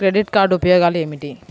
Credit card ఉపయోగాలు ఏమిటి?